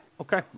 Okay